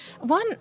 One